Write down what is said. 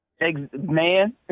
Man